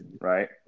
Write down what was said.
right